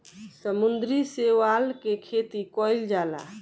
समुद्री शैवाल के खेती कईल जाला